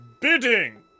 bidding